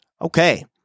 Okay